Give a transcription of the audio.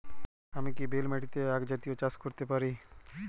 আমি কি বেলে মাটিতে আক জাতীয় চাষ করতে পারি?